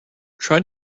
try